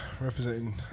representing